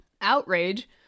Outrage